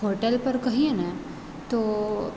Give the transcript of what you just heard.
hotel પર કહીને તો